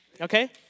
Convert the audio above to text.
Okay